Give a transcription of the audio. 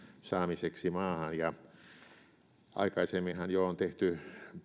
saamiseksi maahan aikaisemminhan on jo tehty